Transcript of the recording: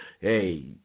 hey